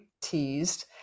teased